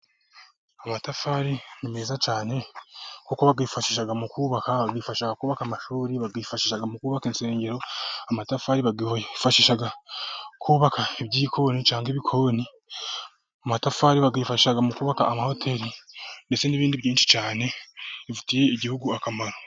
Amatafari ni meza cyane kuko bayifashisha mu kubaka amashuri, mu kubaka insengero, amatafari bayifashisha kubaka ibyikoni cyangwa ibikoni. Amatafari bayifashisha mu kubaka amahoteri ndetse n'ibindi byinshi cyane bifitiye igihugu akamaro.